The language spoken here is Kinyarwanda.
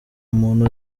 umuntu